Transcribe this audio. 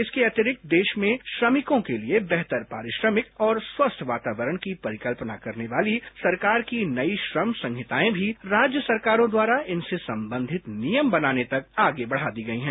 इसके अतिरिक्त देश में श्रमिकों के लिए बेहतर पारिश्रमिक और स्वस्थ वातावरण की परिकल्पना करने वाली सरकार की नई श्रम संहिताएं भी राज्य सरकारों द्वारा इनसे संबंधित नियम बनाने तक आगे बढ़ा दी गई हैं